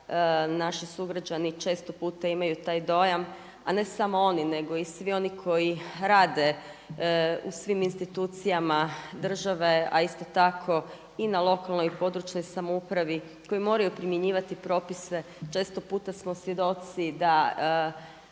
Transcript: naši sugrađani često puta imaju taj dojam, a ne samo oni nego i svi oni koji rade u svim institucijama države, a isto tako i na lokalnoj i područnoj samoupravi, koji moraju primjenjivati propise. Često puta smo svjedoci da